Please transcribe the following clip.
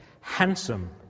handsome